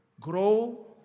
Grow